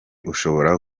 ushobora